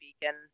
beacon